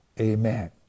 Amen